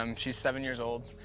um she's seven years old,